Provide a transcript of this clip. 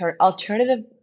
alternative